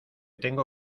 tengo